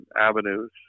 avenues